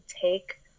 take